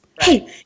hey